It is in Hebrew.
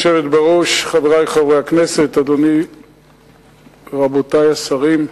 גברתי היושבת בראש, חברי חברי הכנסת, רבותי השרים,